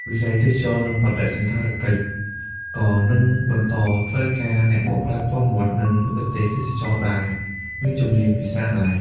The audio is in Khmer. វិស័យទេសចរណ៍ និងបដិសណ្ឋារកិច្ច ក៏នឹងបន្តត្រូវការអ្នកបកប្រែផ្ទាល់មាត់ និងមគ្គុទ្ទេសក៍ទេសចរណ៍ដែលមានជំនាញភាសាដែរ។